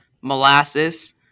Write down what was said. molasses